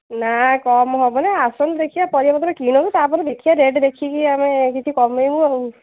ନା କମ୍ ହେବନି ଆସନ୍ତୁ ଦେଖିିବା ପରିବା ପତ୍ର କିଣନ୍ତୁ ତା'ପରେ ଦେଖିବା ରେଟ୍ ଦେଖିକି ଆମେ କିଛି କମାଇବୁ ଆଉ